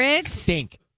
stink